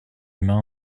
humains